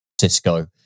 Cisco